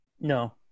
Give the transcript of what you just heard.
No